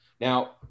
Now